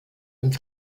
und